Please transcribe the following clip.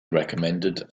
recommended